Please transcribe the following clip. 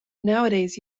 nowadays